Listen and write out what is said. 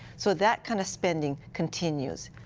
so that kind of spending continues.